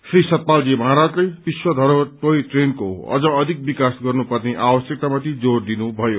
श्री सतपालजी महाराजले विश्व धरोहर टोय ट्रेनको अझ अधिक विकास गर्नु पर्ने आवश्यकतामाथि जोर दिनुभयो